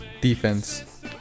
defense